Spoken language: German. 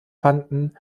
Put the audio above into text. fanden